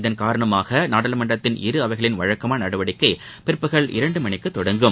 இதன் காரணமாக நாடாளுமன்றத்தின் இரு அவைகளின் வழக்கமான நடவடிக்கை பிற்பகல் இரண்டு மணிக்கு தொடங்கும்